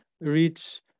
reach